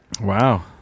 Wow